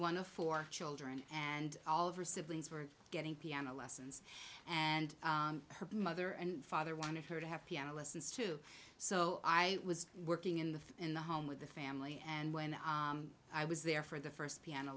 one of four children and all of her siblings were getting piano lessons and her mother and father wanted her to have piano lessons too so i was working in the in the home with the family and when i was there for the first piano